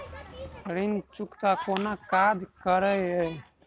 ऋण चुकौती कोना काज करे ये?